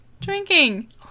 drinking